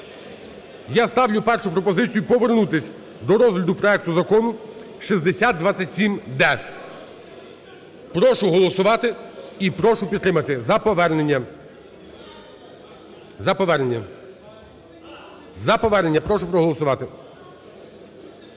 Я ставлю першу пропозицію повернутися до розгляду проекту Закону 6027-д. Прошу голосувати і прошу підтримати за повернення, за повернення. За повернення прошу проголосувати.